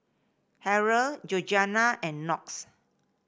Harrold Georgianna and Knox